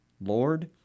Lord